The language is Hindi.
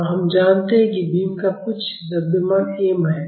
और हम जानते हैं कि बीम का कुछ द्रव्यमान m है